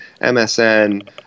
MSN